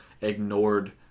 ignored